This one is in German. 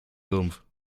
sumpf